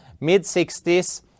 mid-60s